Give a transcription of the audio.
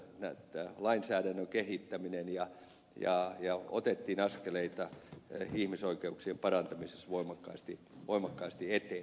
tämä lainsäädännön kehittäminen tapahtui vuorovaikutuksessa ja otettiin askeleita ihmisoikeuksien parantamisessa voimakkaasti eteenpäin